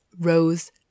Rose